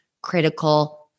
critical